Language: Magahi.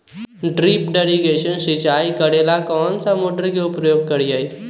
ड्रिप इरीगेशन सिंचाई करेला कौन सा मोटर के उपयोग करियई?